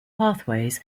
pathways